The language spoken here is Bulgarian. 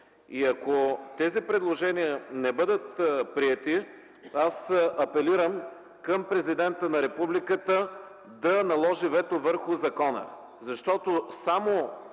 Ако тези предложения не бъдат приети, апелирам към Президента на Републиката да наложи вето върху закона, защото само